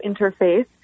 Interface